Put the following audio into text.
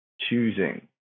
choosing